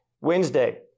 Wednesday